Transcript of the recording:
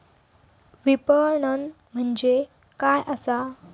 विपणन म्हणजे काय असा?